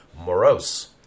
morose